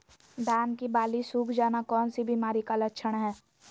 धान की बाली सुख जाना कौन सी बीमारी का लक्षण है?